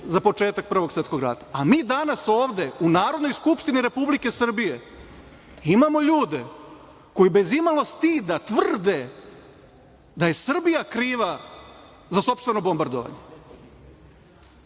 za početak Prvog svetskog rada, a mi danas ovde u Narodnoj skupštini Republike Srbije imamo ljude koji bez imalo stida tvrde da je Srbija kriva za sopstveno bombardovanje. Dakle,